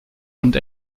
und